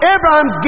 Abraham